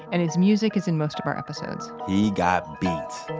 and his music is in most of our episodes he got beats.